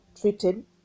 treated